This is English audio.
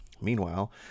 Meanwhile